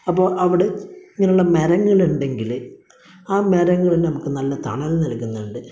അപ്പോൾ അവിടെ ഇങ്ങനെയുള്ള മരങ്ങള് ഉണ്ടെങ്കിൽ ആ മരങ്ങള് നമുക്ക് നല്ല തണല് നല്കുന്നുണ്ട്